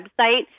website